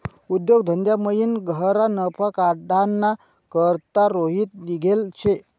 उद्योग धंदामयीन गह्यरा नफा काढाना करता रोहित निंघेल शे